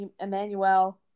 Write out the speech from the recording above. Emmanuel